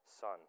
Son